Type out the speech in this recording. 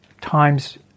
times